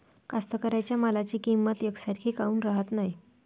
कास्तकाराइच्या मालाची किंमत यकसारखी काऊन राहत नाई?